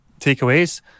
takeaways